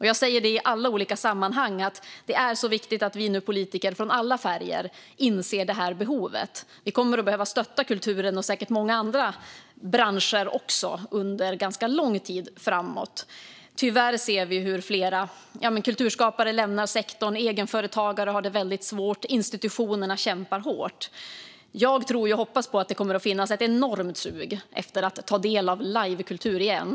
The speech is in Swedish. Jag säger i alla olika sammanhang att det är så viktigt att vi politiker av alla olika färger nu inser detta behov. Vi kommer att behöva stötta kulturen, och säkert många andra branscher också, under ganska lång tid framåt. Tyvärr ser vi hur kulturskapare lämnar sektorn, egenföretagare har det väldigt svårt och institutionerna kämpar hårt. Jag tror och hoppas att det kommer att finnas ett enormt sug efter att ta del av livekultur igen.